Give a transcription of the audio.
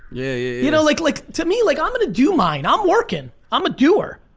yeah you know like like to me like i'm gonna do mine, i'm working. i'm a doer.